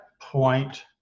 point